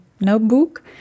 notebook